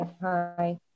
hi